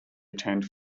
attend